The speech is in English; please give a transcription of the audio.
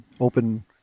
open